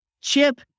Chip